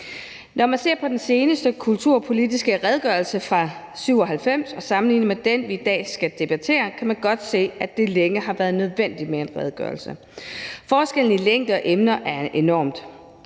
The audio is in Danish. Når man ser på den seneste kulturpolitiske redegørelse fra 1997 og sammenligner med den, vi i dag skal debattere, kan man godt se, at det længe har været nødvendigt med en redegørelse. Forskellen i længde og emner er jo enorm.